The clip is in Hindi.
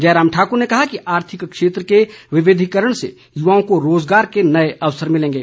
जयराम ठाकर ने कहा कि आर्थिक क्षेत्र के विविधिकरण से युवाओं को रोजगार के नए अवसर मिलेंगे